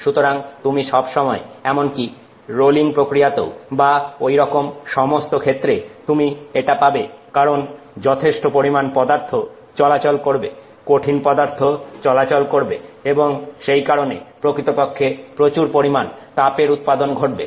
সুতরাং তুমি সবসময় এমনকি রোলিং প্রক্রিয়াতেও বা ঐরকম সমস্ত ক্ষেত্রে তুমি এটা পাবে কারণ যথেষ্ট পরিমাণ পদার্থ চলাচল করবে কঠিন পদার্থ চলাচল করবে এবং সেই কারণে প্রকৃতপক্ষে প্রচুর পরিমান তাপের উৎপাদন ঘটবে